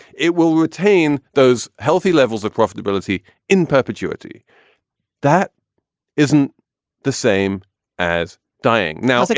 it will retain those healthy levels of profitability in perpetuity that isn't the same as dying now, like